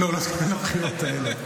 לא, הוא לא התכוון לבחירות האלה.